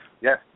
Yes